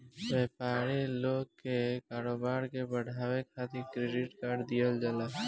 व्यापारी लोग के कारोबार के बढ़ावे खातिर क्रेडिट कार्ड दिहल जाला